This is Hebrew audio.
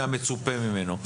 מהמצופה ממנו.